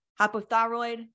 hypothyroid